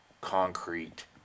concrete